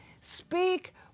Speak